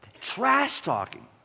Trash-talking